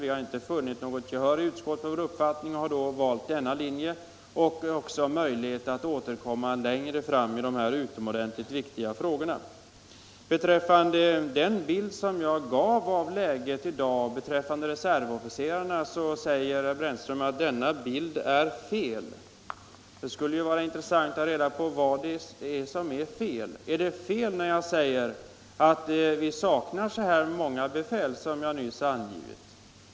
Vi har inte funnit något gehör i utskottet för vår uppfattning och har då valt denna linje och även möjligheten att återkomma längre fram i de här utomordentligt viktiga frågorna. Den bild som jag gav av läget i dag för reservofficerarna säger herr Brännström är felaktig. Det skulle då vara intressant att få veta vad det är som är fel. Är det fel när jag säger att det saknas så många befäl som jag nyss angivit?